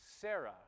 Sarah